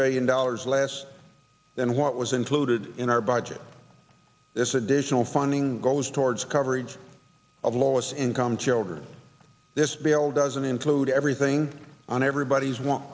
billion dollars less than what was included in our budget this additional funding goes towards coverage of lowest income children this bill doesn't include everything on everybody's